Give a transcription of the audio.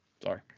Sorry